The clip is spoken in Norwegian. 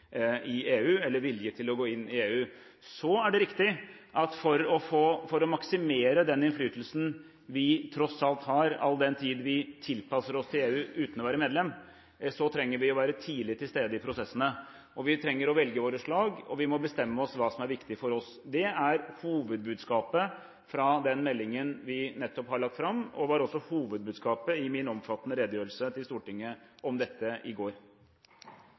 i EU eller vilje til å gå inn i EU. Det er riktig at for å maksimere den innflytelsen vi tross alt har, all den tid vi tilpasser oss EU uten å være medlem, trenger vi å være tidlig til stede i prosessene. Vi trenger å velge våre slag, og vi må bestemme oss for hva som er viktig for oss. Det er hovedbudskapet i den meldingen vi nettopp har lagt fram, og var også hovedbudskapet i min omfattende redegjørelse til Stortinget om dette i går.